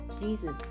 Jesus